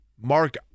Mark